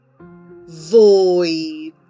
Void